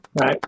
Right